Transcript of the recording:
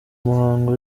muhango